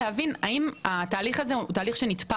להבין האם התהליך הזה נתפר